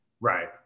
Right